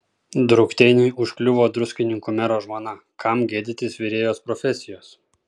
drukteiniui užkliuvo druskininkų mero žmona kam gėdytis virėjos profesijos